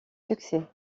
succès